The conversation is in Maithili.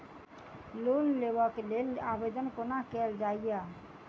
लोन लेबऽ कऽ लेल आवेदन कोना कैल जाइया?